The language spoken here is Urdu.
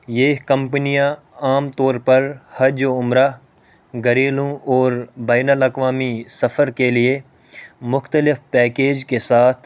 یہ کمپنیاں عام طور پر حج و عمرہ گھریلو اور بین الاقوامی سفر کے لیے مختلف پیکیج کے ساتھ